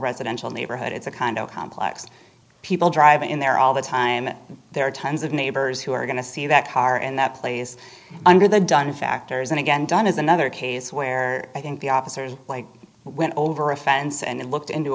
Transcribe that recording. residential neighborhood it's a kind of complex people drive in there all the time and there are tons of neighbors who are going to see that car and that place under the dining factors and again done is another case where i think the officers like went over a fence and looked into